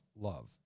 love